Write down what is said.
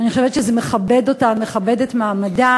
אני חושבת שזה מכבד אותן, מכבד את מעמדן.